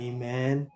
Amen